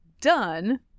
done